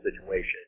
situation